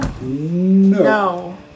No